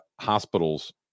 hospitals